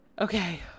Okay